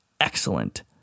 excellent